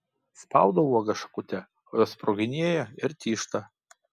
spaudau uogas šakute o jos sproginėja ir tyžta